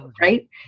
right